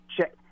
check